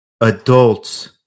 adults